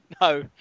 No